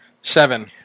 Seven